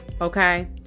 Okay